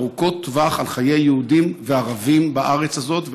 ארוכות טווח על חיי יהודים וערבים בארץ הזאת,